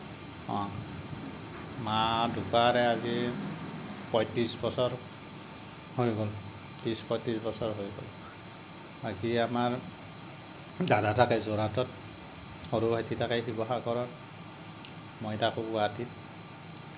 মা ঢুকালে আজি পয়ত্ৰিশ বছৰ হৈ গ'ল ত্ৰিশ পয়ত্ৰিশ বছৰ হৈ গ'ল বাকী আমাৰ দাদা থাকে যোৰহাটত সৰু ভাইটী থাকে শিৱসাগৰত মই থাকোঁ গুৱাহাটীত